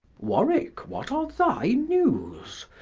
warwicke, what are thy newes?